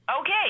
Okay